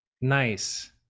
Nice